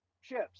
ships